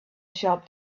shop